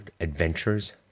adventures